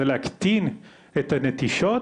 זה להקטין את הנטישות,